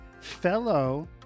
fellow